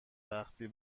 وقتی